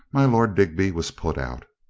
my lord digby was put out.